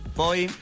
poi